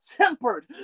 tempered